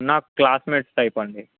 నాకు classmates type అండి